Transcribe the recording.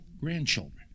grandchildren